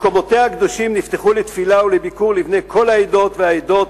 מקומותיה הקדושים נפתחו לתפילה ולביקור לבני כל העדות והעדות,